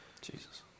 Jesus